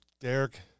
Derek